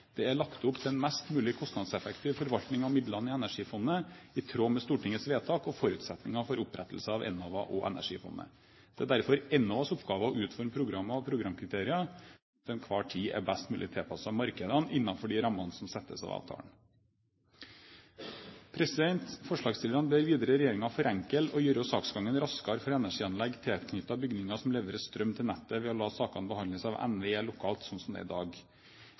Det er lagt opp til en mest mulig kostnadseffektiv forvaltning av midlene i Energifondet i tråd med Stortingets vedtak og forutsetninger for opprettelsen av Enova og Energifondet. Det er derfor Enovas oppgave å utforme programmer og programkriterier som til enhver tid er best mulig tilpasset markedene, innenfor de rammer som settes av avtalen. Forslagsstillerne ber videre regjeringen forenkle og gjøre saksgangen raskere for energianlegg tilknyttet bygninger som leverer strøm til nettet ved å la sakene behandles av NVE lokalt, slik det gjøres i dag